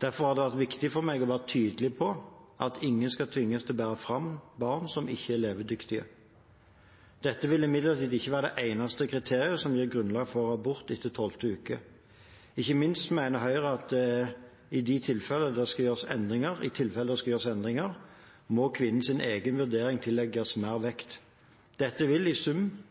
Derfor har det vært viktig for meg å være tydelig på at ingen skal tvinges til å bære fram barn som ikke er levedyktige. Dette vil imidlertid ikke være det eneste kriteriet som gir grunnlag for abort etter tolvte uke. Ikke minst mener Høyre at i de tilfeller det skal gjøres endringer, må kvinnens egen vurdering tillegges mer vekt. Dette vil i sum – som det også kom fram fra Erna Solberg i Debatten 1. november – bety at i